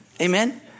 Amen